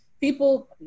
people